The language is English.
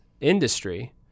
industry